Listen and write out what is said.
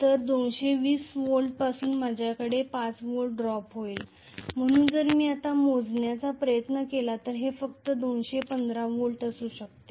तर 220 V पासून माझ्याकडे 5 V ड्रॉप होईल म्हणून जर मी आता मोजण्याचा प्रयत्न केला तर हे फक्त 215 V असू शकते